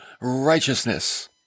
righteousness